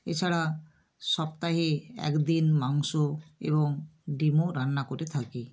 এছাড়া সপ্তাহে এক দিন মাংস এবং ডিমও রান্না করে থাকি